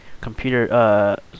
computer